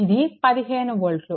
ఇది 15 వోల్ట్లు